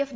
F